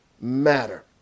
matter